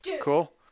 Cool